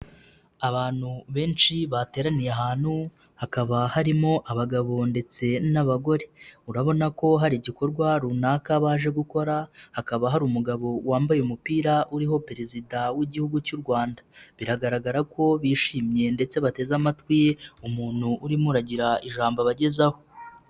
Abantu benshi bateraniye ahantu, hakaba harimo abagabo ndetse n'abagore, urabona ko hari igikorwa runaka baje gukora, hakaba hari umugabo wambaye umupira uriho perezida w'Igihugu cy'u Rwanda, biragaragara ko bishimye ndetse bateze amatwi, umuntu urimo aragira ijambo abagezaho.